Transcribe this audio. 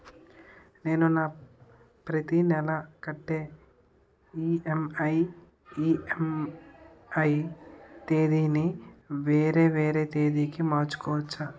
నేను నా ప్రతి నెల కట్టే ఈ.ఎం.ఐ ఈ.ఎం.ఐ తేదీ ని వేరే తేదీ కి మార్చుకోవచ్చా?